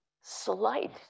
slight